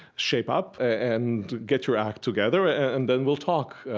shape up and get your act together and then we'll talk.